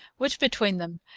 which, between them,